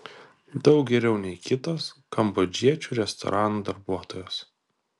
daug geriau nei kitos kambodžiečių restoranų darbuotojos